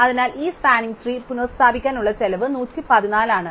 അതിനാൽ ഈ spanning tree പുനസ്ഥാപിക്കാൻ ഉള്ള ചെലവ് 114 ആണ്